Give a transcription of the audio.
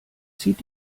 zieht